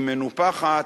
היא מנופחת,